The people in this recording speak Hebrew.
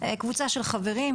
קבוצה של חברים,